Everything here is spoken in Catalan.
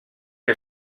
que